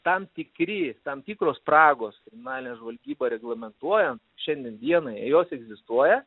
tam tikri tam tikros spragos kriminalinę žvalgybą reglamentuojan šiandien dienai jos egzistuoja